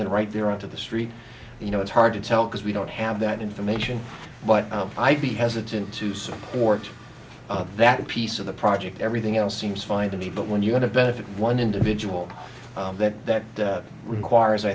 than right there on to the street you know it's hard to tell because we don't have that information but i'd be hesitant to support that piece of the project everything else seems fine to me but when you want to benefit one individual that requires i